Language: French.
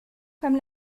comme